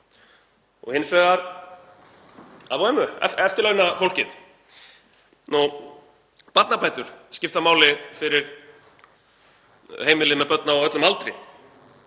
og hins vegar afa og ömmu, eftirlaunafólkið. Barnabætur skipta máli fyrir heimili með börn á öllum aldri